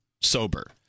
sober